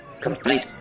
Complete